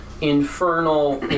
infernal